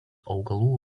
augalų